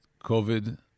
COVID